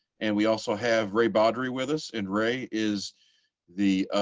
and we also have ray bodrey with us and ray is the